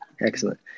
Excellent